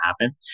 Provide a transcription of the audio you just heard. happen